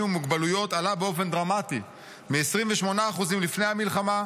עם מוגבלויות עלה באופן דרמטי מ-28% לפני המלחמה,